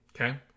Okay